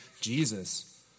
Jesus